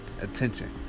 attention